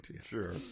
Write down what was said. sure